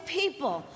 people